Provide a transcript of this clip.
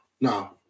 No